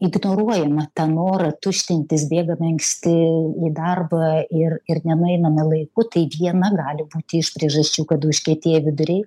ignoruojama tą norą tuštintis bėgame anksti į darbą ir ir nenueiname laiku tai viena gali būti iš priežasčių kada užkietėja viduriai